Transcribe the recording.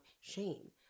shame